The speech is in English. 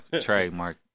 trademark